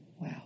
Wow